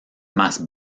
más